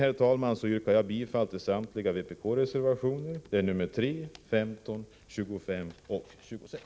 Med det anförda yrkar jag bifall till samtliga vpk-reservationer — 3, 15, 25 och 26.